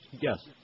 Yes